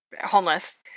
homeless